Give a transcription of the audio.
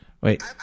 Wait